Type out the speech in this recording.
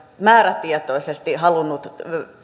määrätietoisesti halunnut